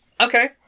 Okay